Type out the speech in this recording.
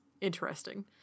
interesting